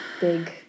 big